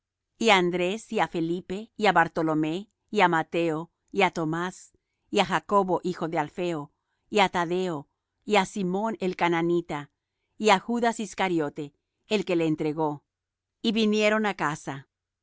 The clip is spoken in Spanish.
y á andrés y á felipe y á bartolomé y á mateo y á tomas y á jacobo hijo de alfeo y á tadeo y á simón el cananita y á judas iscariote el que le entregó y vinieron á casa